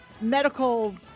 medical